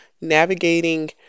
Navigating